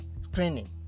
screening